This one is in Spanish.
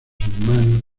hermanos